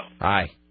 Hi